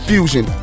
Fusion